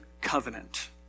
Covenant